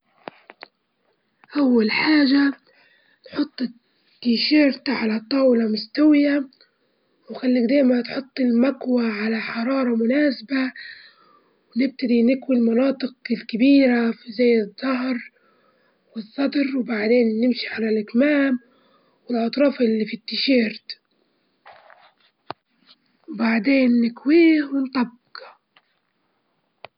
أول حاجة نحط الماية في البراد، لما يغلي ونصبها في كوب ونضيف لها كيس الشاي ونخليه ينجع المدة من تلات دجايج لخمس دجايج حسب القوة اللي تبيها، بعديها نضيف السكر أو الحليب إذا حبيت.